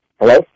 Hello